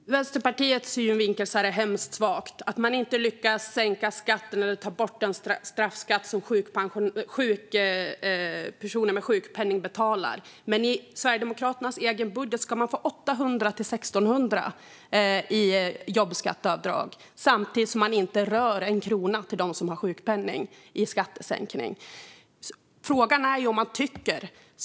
Fru talman! Ur Vänsterpartiets synvinkel är det hemskt svagt att inte lyckas sänka skatten eller ta bort den straffskatt som personer med sjukpenning betalar. Enligt Sverigedemokraternas egen budget ska man få 800-1 600 i jobbskatteavdrag samtidigt som det inte blir en krona i skattesänkning till dem som har sjukpenning.